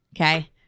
Okay